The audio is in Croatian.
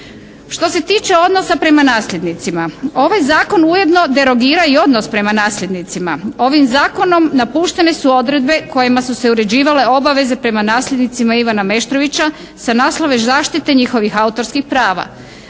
Što se tiče odnosa prema nasljednicima, ovaj zakon ujedno derogira i odnos prema nasljednicima. Ovim zakonom napuštene su odredbe kojima su se uređivale obaveze prema nasljednicima Ivana Meštrovića sa naslova zaštite njihovih autorskih prava.